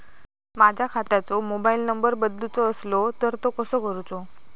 माझ्या खात्याचो mobile number बदलुचो असलो तर तो कसो करूचो?